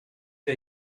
der